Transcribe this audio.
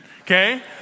okay